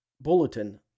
Bulletin